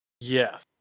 Yes